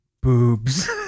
boobs